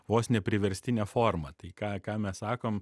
vos ne priverstinė forma tai ką ką mes sakom